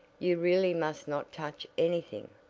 you really must not touch anything,